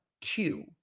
two